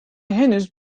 henüz